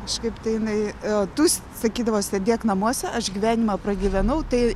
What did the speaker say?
kažkaip tai jinai tu s sakydavo sėdėk namuose aš gyvenimą pragyvenau tai